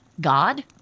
God